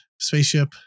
spaceship